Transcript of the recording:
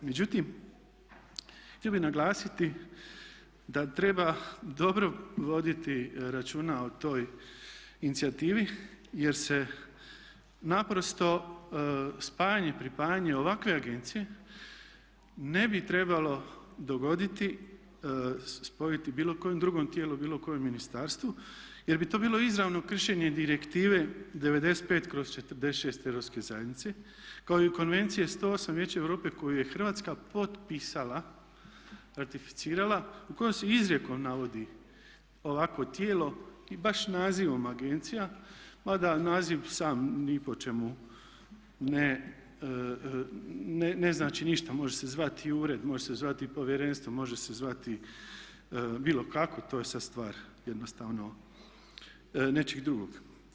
Međutim, htio bih naglasiti da treba dobro voditi računa o toj inicijativi jer se naprosto spajanje, pripajanje ovakve agencije ne bi trebalo dogoditi, spojiti bilo kojem drugom tijelu, bilo kojem ministarstvu, jer bi to bilo izravno kršenje Direktive 95/46 Europske zajednice kao i Konvencije 108 Vijeća Europe koju je Hrvatska potpisala, ratificirala u kojem se izrijekom navodi ovakvo tijelo i baš nazivom agencija mada naziv sam ni po čemu ne znači ništa, može se svati i ured, može se zvati i povjerenstvo, može se zvati bilo kako to je sad stvar jednostavno nečeg drugog.